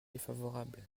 défavorable